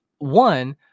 One